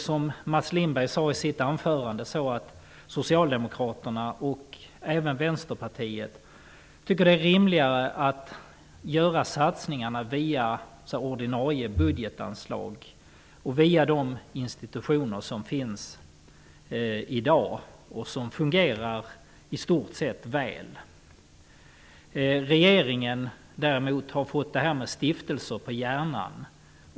Som Mats Socialdemokraterna och även Vänsterpartiet att det vore rimligare att göra satsningarna via ordinarie budgetanslag och via de institutioner som i dag finns och som i stort sett fungerar väl. Regeringen däremot har fått detta med stiftelser på hjärnan.